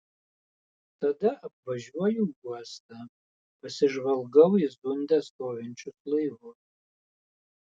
tada apvažiuoju uostą pasižvalgau į zunde stovinčius laivus